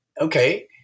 Okay